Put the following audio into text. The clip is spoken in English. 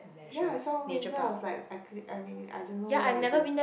ya I saw windsor I was like I I don't know where it is